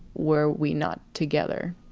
were we not together,